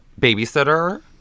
babysitter